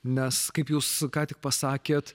nes kaip jūs ką tik pasakėt